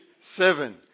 seven